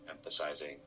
emphasizing